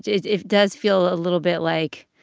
it does feel a little bit like